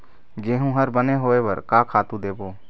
गेहूं हर बने होय बर का खातू देबो?